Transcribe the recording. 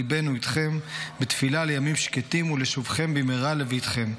ליבנו איתכם בתפילה לימים שקטים ולשובכם במהרה לביתכם.